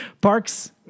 Parks